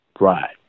Right